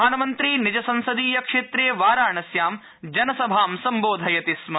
प्रधानमन्त्री निजसंसदीयक्षेत्र वाराणस्यां जनसभा संबोधयति स्म